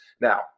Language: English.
Now